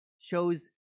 shows